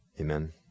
Amen